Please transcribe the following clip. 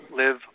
live